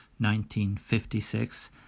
1956